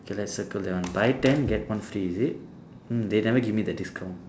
K let's circle that one buy ten get one free is it hmm they never give me the discount